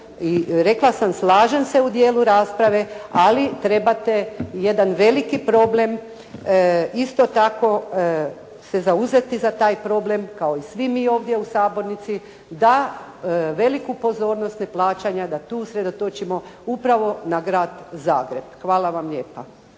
rekla sam slažem se u dijelu rasprave, ali trebate jedan veliki problem isto tako se zauzeti za taj problem kao i svi mi ovdje u sabornici da veliku pozornost neplaćanja, da tu usredotočimo upravo na Grad Zagreb. Hvala vam lijepa.